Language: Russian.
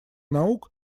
наук